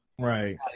Right